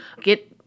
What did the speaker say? get